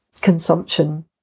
consumption